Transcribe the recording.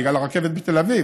בגלל הרכבת בתל אביב,